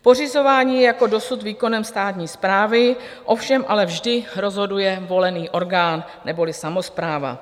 Pořizování je jako dosud výkonem státní správy, ovšem ale vždy rozhoduje volený orgán neboli samospráva.